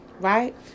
Right